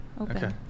okay